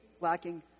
lacking